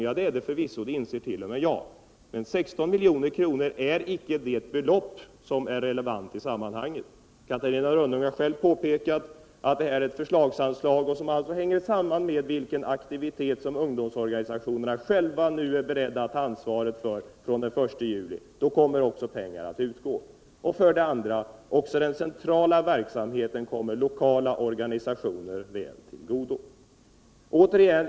Det är det förvisso — det inser t.o.m. jag. Men 16 milj.kr. är inte det belopp som är relevant i detta sammanhang. Catarina Rönnung har själv påpekat att detta är ett förslagsanslag och att det sammanhänger med vilken aktivitet ungdomsorganisationerna själva är beredda att ta ansvar för fram till den 1 juli. Då kommer pengar att utgå. Den centrala verksamheten kommer dessutom de lokala organisationerna väl till godo.